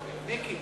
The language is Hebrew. קודם כול,